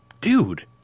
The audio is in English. dude